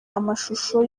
amashusho